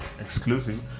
exclusive